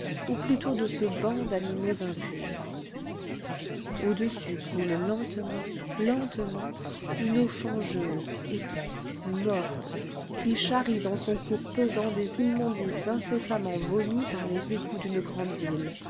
ou plutôt de ce banc d'animaux impurs au-dessus coule lentement lentement une eau fangeuse épaisse morte qui charrie dans son cours pesant des immondices incessamment vomis par les égouts d'une grande ville